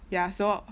ya so